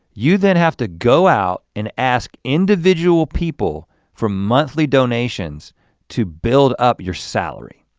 you then have to go out and ask individuals people for monthly donations to build up your salary.